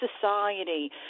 society